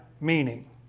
meaning